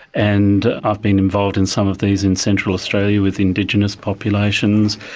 and i've been involved in some of these in central australia with indigenous populations,